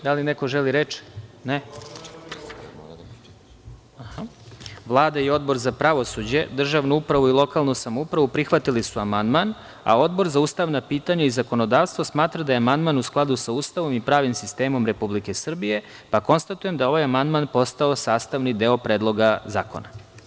Da li neko želi reč? (Ne) Vlada i Odbor za pravosuđe, državnu upravu i lokalnu samoupravu prihvatili su amandman, a Odbor za ustavna pitanja i zakonodavstvo smatra da je amandman u skladu sa Ustavom i pravnim sistemom Republike Srbije, pa konstatujem da je ovaj amandman postao sastavni deo Predloga zakona.